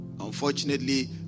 Unfortunately